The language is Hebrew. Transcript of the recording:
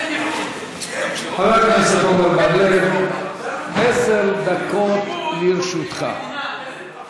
חבר הכנסת עמר בר-לב, עשר דקות לרשותך.